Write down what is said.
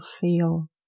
feel